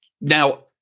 Now